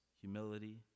humility